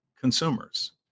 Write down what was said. consumers